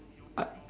I